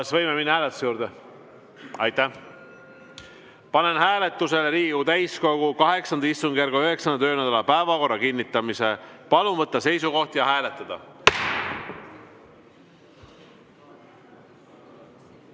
Kas võime minna hääletuse juurde? Panen hääletusele Riigikogu täiskogu VIII istungjärgu 9. töönädala päevakorra kinnitamise. Palun võtta seisukoht ja hääletada!